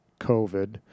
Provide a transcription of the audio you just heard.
COVID